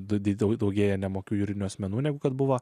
didėja daugėja nemokių juridinių asmenų negu kad buvo